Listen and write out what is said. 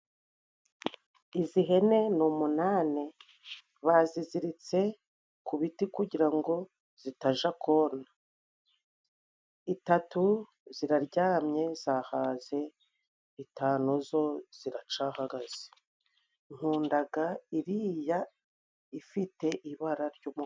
Izi hene ni umunane, baziziritse ku biti kugira ngo zitaja kona; itatu ziraryamye zahaze, itanu zo ziracahagaze, nkundaga iriya ifite ibara ry'umukara.